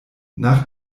nach